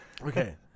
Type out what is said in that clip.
okay